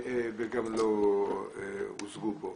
שלא הוצגו פה.